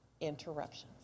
interruptions